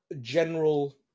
general